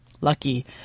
lucky